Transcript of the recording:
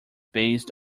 based